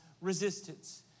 resistance